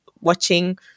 watching